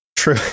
true